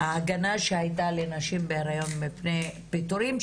ההגנה שהייתה לנשים בהיריון מפני פיטורים,